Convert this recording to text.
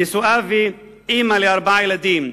נשואה ואמא לארבעה ילדים,